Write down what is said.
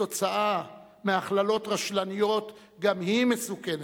כתוצאה מהכללות רשלניות, גם היא מסכנת.